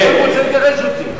הוא רוצה לגרש אותי.